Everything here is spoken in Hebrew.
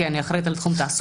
כי אני אחראית על תחום תעסוקה.